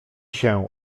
się